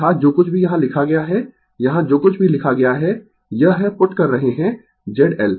अर्थात जो कुछ भी यहाँ लिखा गया है यहाँ जो कुछ भी लिखा गया है यह है पुट कर रहे है Z L